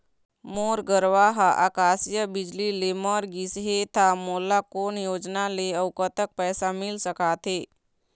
मोर गरवा हा आकसीय बिजली ले मर गिस हे था मोला कोन योजना ले अऊ कतक पैसा मिल सका थे?